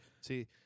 See